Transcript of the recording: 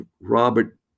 Robert